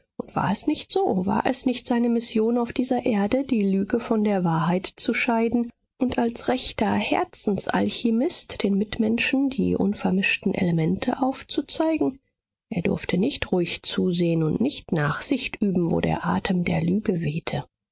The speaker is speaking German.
und war es nicht so war es nicht seine mission auf dieser erde die lüge von der wahrheit zu scheiden und als rechter herzensalchimist den mitmenschen die unvermischten elemente aufzuzeigen er durfte nicht ruhig zusehen und nicht nachsicht üben wo der atem der lüge wehte